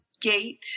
gate